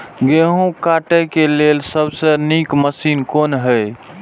गेहूँ काटय के लेल सबसे नीक मशीन कोन हय?